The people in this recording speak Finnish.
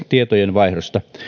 tietojenvaihdosta